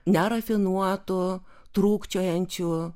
nerafinuotu trūkčiojančiu